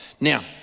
Now